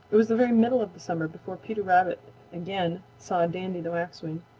it was the very middle of the summer before peter rabbit again saw dandy the waxwing.